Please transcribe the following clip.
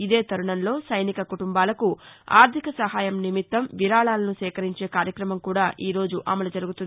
ఇదే తరుణంలో సైనిక కుటుంబాలకు ఆర్థిక సహాయం నిమిత్తం విరాళాలను సేకరించే కార్యక్రమం కూడా ఈ రోజు అమలు జరుగుతుంది